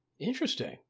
Interesting